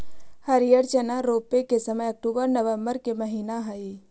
हरिअर चना रोपे के समय अक्टूबर नवंबर के महीना हइ